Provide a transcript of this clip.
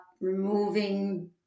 removing